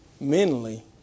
mentally